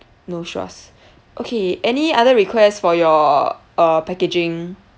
no sauce okay any other requests for your uh packaging